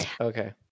Okay